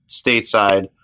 stateside